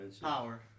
Power